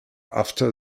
after